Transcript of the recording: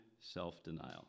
self-denial